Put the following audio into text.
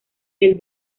del